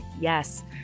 yes